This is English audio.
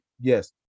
Yes